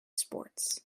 sports